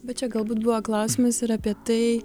bet čia galbūt buvo klausimas ir apie tai